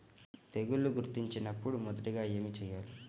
తెగుళ్లు గుర్తించినపుడు మొదటిగా ఏమి చేయాలి?